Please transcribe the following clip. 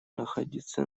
находится